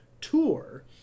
tour